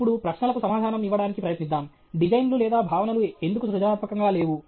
ఇప్పుడు ప్రశ్నలకు సమాధానం ఇవ్వడానికి ప్రయత్నిద్దాం డిజైన్లు లేదా భావనలు ఎందుకు సృజనాత్మకంగా లేవు